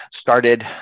started